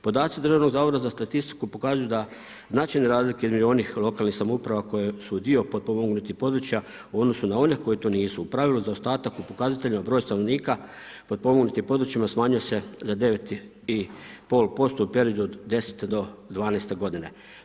Podaci Državnog zavoda za statistiku pokazuju da značajne razlike između onih lokalnih samouprava koje su dio potpomognutih područja u odnosu na one koje to nisu u pravilu zaostatak u pokazateljima broj stanovnika potpomognutim područjima smanjuje se za 9,5% u periodu od 10 do 12 godina.